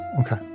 Okay